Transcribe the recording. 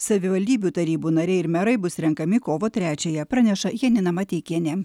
savivaldybių tarybų nariai ir merai bus renkami kovo trečiąją praneša janina mateikienė